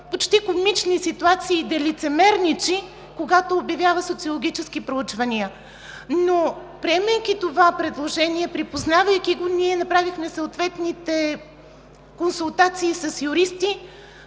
почти комични ситуации и да лицемерничи, когато обявява социологически проучвания. Приемайки това предложение, припознавайки го, ние направихме съответните консултации с юристи